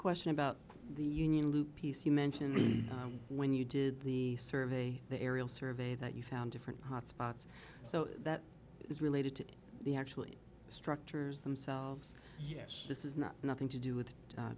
sequester about the union loop piece you mentioned when you did the survey the aerial survey that you found different hotspots so that is related to the actually structures themselves yes this is not nothing to do with